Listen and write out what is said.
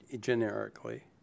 generically